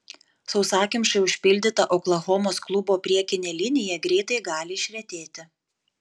sausakimšai užpildyta oklahomos klubo priekinė linija greitai gali išretėti